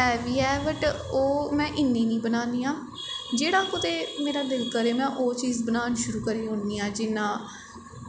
ऐ B A but ओह् में इन्नी निंं बनान्नी आं जेह्ड़ा कुतै मेरा दिल करे में ओह् चीज़ बनान शुरू करी ओड़नी आं जियां